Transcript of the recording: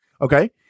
okay